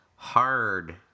hard